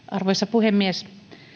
arvoisa puhemies